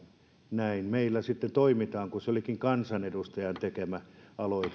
näin meillä toimitaan että kun se olikin kansanedustajan tekemä aloite